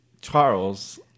Charles